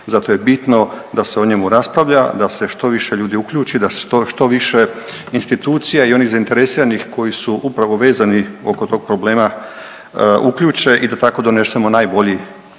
zato je bitno da se o njemu raspravlja, da se što više ljudi uključi, da se što više institucija i onih zainteresiranih koji su upravo vezani oko tog problema uključe i da tako donesemo najbolji